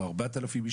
או 4,000 איש,